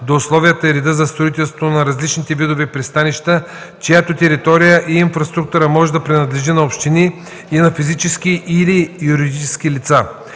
до условията и реда за строителство на различните видове пристанища, чиято територия и инфраструктура може да принадлежи на общини и на физически или юридически лица.